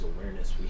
awareness